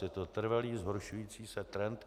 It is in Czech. Je to trvalý zhoršující se trend.